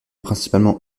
principalement